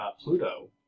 Pluto